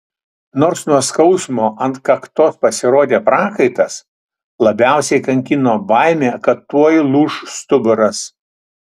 nors nuo skausmo ant kaktos pasirodė prakaitas labiausiai kankino baimė kad tuoj lūš stuburas